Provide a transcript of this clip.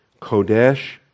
Kodesh